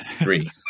three